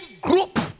group